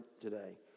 today